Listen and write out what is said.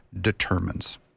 determines